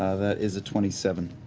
ah that is a twenty seven.